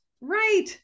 Right